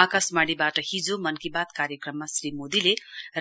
आकाशवाणीबाट हिजो मन की बात कार्यक्रममा श्री मोदीले